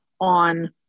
on